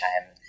time